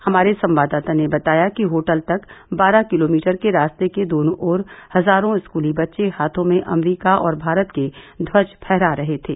हमारे संवाददाता ने बताया कि होटल तक बारह किलोमीटर के रास्ते के दोनों ओर हजारों स्कूली बच्चे हाथों में अमेरिका और भारत के ध्वज फहरा रहे थे